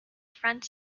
front